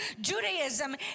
Judaism